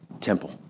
temple